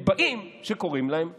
הם באים כשקוראים להם להצביע.